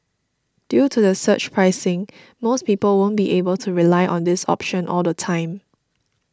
due to surge pricing most people won't be able to rely on this option all the time